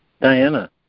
Diana